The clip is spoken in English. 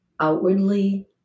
outwardly